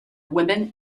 women